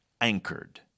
Anchored